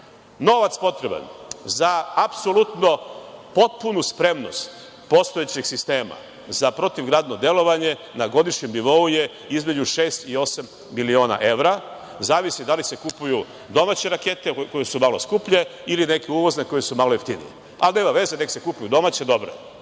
novac potreban za apsolutno potpunu spremnost postojećeg sistema za protivgradno delovanje na godišnjem nivou je između 6 i 8 miliona evra, zavisi da li se kupuju domaće rakete koje su malo skuplje ili neke uvozne koje su malo jeftinije. Nema veze, neka se kupuju domaće, dobro